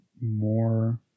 more